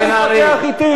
אתם רוצים להחזיר אותם לסודן?